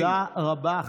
תודה רבה.